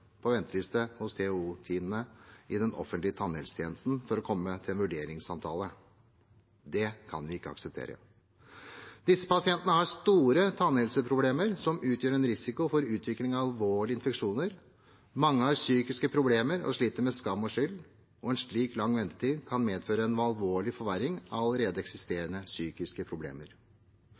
på venteliste hos TOO-teamene i den offentlige tannhelsetjenesten for å komme til en vurderingssamtale. Det kan vi ikke akseptere. Disse pasientene har store tannhelseproblemer som utgjør en risiko for utvikling av alvorlige infeksjoner. Mange har psykiske problemer og sliter med skam og skyld, og en slik lang ventetid kan medføre en alvorlig forverring av allerede eksisterende psykiske problemer.